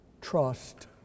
trust